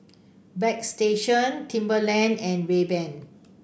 Bagstationz Timberland and Rayban